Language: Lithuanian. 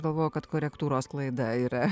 galvojau kad korektūros klaida yra